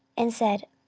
and said,